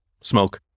Smoke